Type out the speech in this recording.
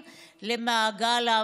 שלנו?